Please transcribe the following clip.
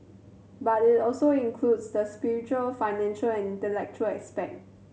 but it also includes the spiritual financial and intellectual aspect